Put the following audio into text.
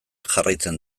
jarraitzen